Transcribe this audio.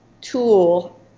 tool